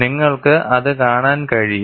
നിങ്ങൾക്ക് അത് കാണാൻ കഴിയും